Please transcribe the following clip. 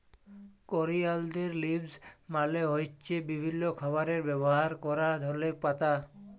করিয়ালদের লিভস মালে হ্য়চ্ছে বিভিল্য খাবারে ব্যবহার ক্যরা ধলে পাতা